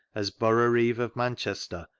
as boroughreeve of manchester,